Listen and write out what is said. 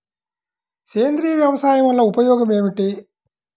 సేంద్రీయ వ్యవసాయం వల్ల ఉపయోగం ఏమిటి?